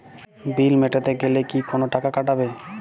বিল মেটাতে গেলে কি কোনো টাকা কাটাবে?